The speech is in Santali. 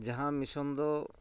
ᱡᱟᱦᱟᱸ ᱢᱤᱥᱚᱱ ᱫᱚ